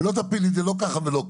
לא תפילי את זה לא ככה ולא ככה.